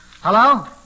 Hello